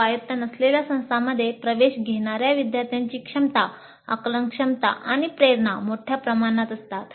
स्वायत्त नसलेल्या संस्थांमध्ये प्रवेश घेणाऱ्या विद्यार्थ्यांची क्षमता आकलन क्षमता आणि प्रेरणा मोठ्या प्रमाणात असतात